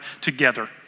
together